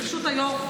ברשות היו"ר,